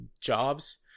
jobs